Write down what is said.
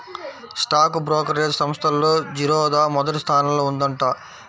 stock brokerage సంస్థల్లో జిరోదా మొదటి స్థానంలో ఉందంట